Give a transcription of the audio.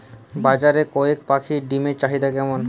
বাজারে কয়ের পাখীর ডিমের চাহিদা কেমন?